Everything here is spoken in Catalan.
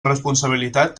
responsabilitat